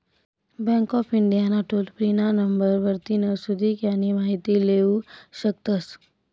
bank of India ना toll free ना number वरतीन सुदीक यानी माहिती लेवू शकतस